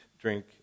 drink